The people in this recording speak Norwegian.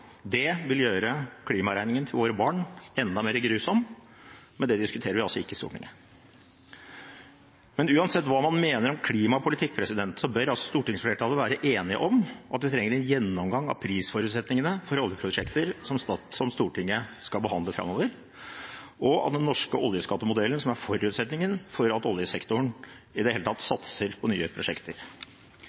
Det vil gjøre klimaregningen til våre barn enda mer grusom, men det diskuterer vi altså ikke i Stortinget. Men uansett hva man mener om klimapolitikk, bør stortingsflertallet være enige om at vi trenger en gjennomgang av prisforutsetningene for oljeprosjekter som Stortinget skal behandle framover – og av den norske oljeskattemodellen, som er forutsetningen for at oljesektoren i det hele tatt satser på nye prosjekter.